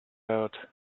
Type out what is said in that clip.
out